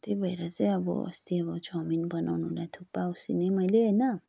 त्यही भएर चाहिँ अब अस्ति अब चाउमिन बनाउनुलाई थुक्पा उसिनेँ मैले होइन